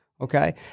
okay